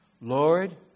Lord